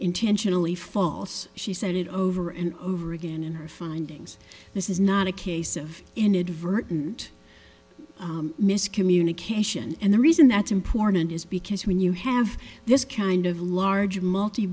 intentionally false she said it over and over again in her findings this is not a case of inadvertent miscommunication and the reason that's important is because when you have this kind of large multi